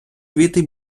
квіти